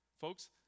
folks